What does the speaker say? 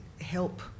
help